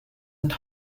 and